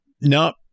no